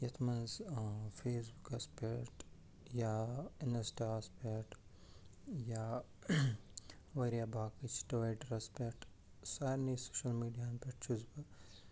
یَتھ منٛز فیس بُکَس پٮ۪ٹھ یا اِنَسٹاہَس پٮ۪ٹھ یا واریاہ باقٕے چھِ ٹُویٖٹَرَس پٮ۪ٹھ سارِنٕے سوشَل میٖڈِیاہَن پٮ۪ٹھ چھُس بہٕ